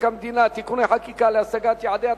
המדינה (תיקוני חקיקה להשגת יעדי התקציב)